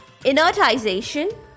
inertization